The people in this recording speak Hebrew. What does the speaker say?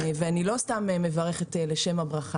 אני לא מברכת סתם בשביל הברכה,